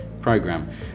program